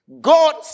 God